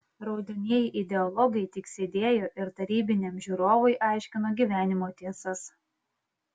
raudonieji ideologai tik sėdėjo ir tarybiniam žiūrovui aiškino gyvenimo tiesas